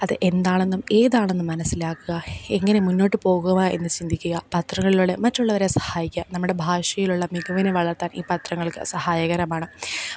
അത് എന്താണെന്നും ഏതാണെന്നും മനസിലാക്കുക എങ്ങനെ മുന്നോട്ട് പോവുക എന്ന് ചിന്തിക്കുക പത്രങ്ങളിലൂടെ മറ്റുള്ളവരെ സഹായിക്കുക നമ്മുടെ ഭാഷയിലുള്ള മികവിനെ വളര്ത്താന് ഈ പത്രങ്ങള്ക്ക് സഹായകരമാണ്